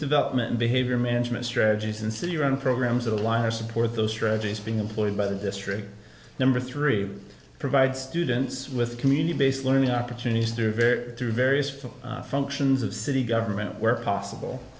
development and behavior management strategies and city run programs that align or support those strategies being employed by the district number three provide students with community based learning opportunities through various through various full functions of city government where possible